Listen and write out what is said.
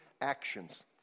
actions